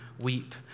weep